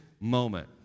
moment